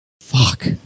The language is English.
Fuck